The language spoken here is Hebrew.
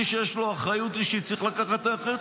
מי שיש לו אחריות אישית צריך לקחת את האחריות,